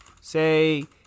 say